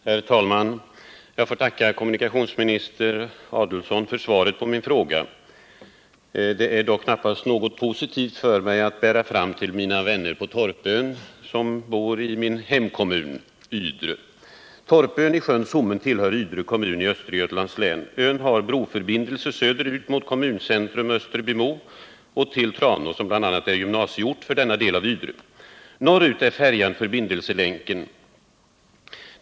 Herr talman! Jag får tacka kommunikationsminister Adelsohn för svaret på min fråga. Det är dock knappast något positivt för mig att bära fram till mina vänner på Torpön som bor i min hemkommun Ydre. Torpön i sjön Sommen tillhör Ydre kommun i Östergötlands län. Ön har broförbindelse söderut mot kommuncentrum Österbymo och till Tranås, som bl.a. är gymnasieort för denna del av Ydre. Norrut är färjan förbindelselänken.